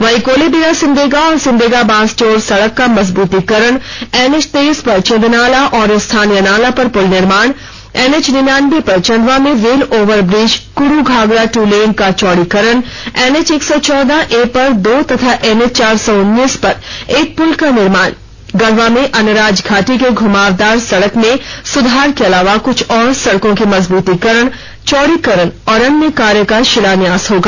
वहीं कोलेबिरा सिमडेगा और सिमडेगा बांसजोर सड़क का मजबूतीकरण एनएच तेइस पर चिंदनाला और स्थानीय नाला पर पुल निर्माण एनएच निन्यान्बे पर चंदवा में rail overbridge Kudu Ghaghra two lane का चौड़ीकरण एनएच एक सौ चौदह ए पर दो तथा एनएच चार सौ उन्नीस पर एक पुल का निर्माण गढ़वा में अन्नराज घाटी के घुमावदार सड़क में सुधार के अलावा कुछ और सड़कों के मजबूतीकरण चौड़ीकरण और अन्य कार्य का शिलान्यास होगा